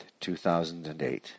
2008